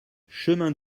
chemin